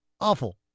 Awful